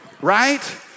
right